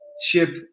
ship